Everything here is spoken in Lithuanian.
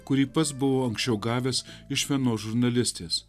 kurį pats buvau anksčiau gavęs iš vienos žurnalistės